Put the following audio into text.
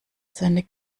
seinen